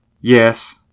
Yes